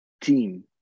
team